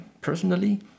personally